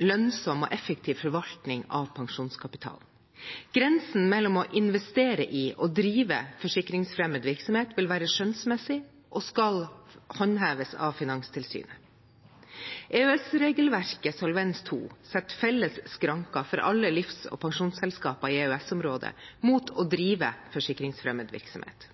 lønnsom og effektiv forvaltning av pensjonskapitalen. Grensen mellom å investere i og drive forsikringsfremmed virksomhet vil være skjønnsmessig og skal håndheves av Finanstilsynet. EØS-regelverket Solvens II setter felles skranker for alle livs- og pensjonsselskaper i EØS-området mot å drive forsikringsfremmed virksomhet.